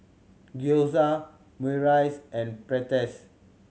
Gyoza Omurice and Pretzel